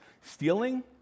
Stealing